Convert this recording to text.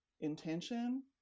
intention